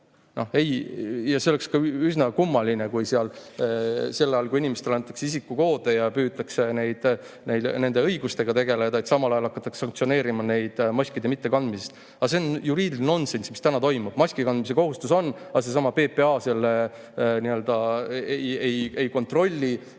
See oleks ka üsna kummaline, kui seal sel ajal, kui inimestele antakse isikukoode ja püütakse nende õigustega tegeleda, hakatakse sanktsioneerima neid maskide mittekandmise eest. Aga see on juriidiline nonsenss, mis täna toimub. Maskikandmise kohustus on, aga seesama PPA ei kontrolli,